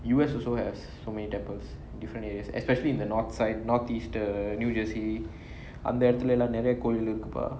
U_S also has so many temples different areas especially in the north side northeast the new jersey அந்த இடத்துலலாம் நிறைய கோவில் இருக்கு பா:antha idathulalam niraya kovil iruku pa